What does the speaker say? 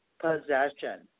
possession